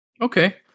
okay